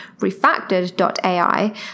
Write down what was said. Refactored.ai